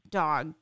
dog